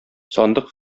сандык